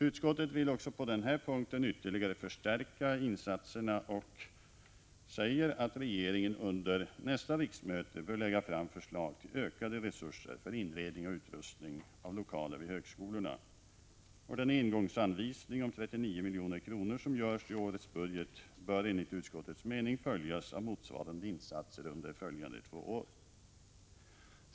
Utskottet vill också på denna punkt ytterligare förstärka insatserna och säger att regeringen under nästa riksmöte bör lägga fram förslag till ökade resurser för inredning och utrustning av lokaler vid högskolorna. Den engångsanvisning om 39 milj.kr. som görs i årets budget bör enligt utskottets mening följas av motsvarande insatser under följande två år.